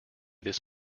this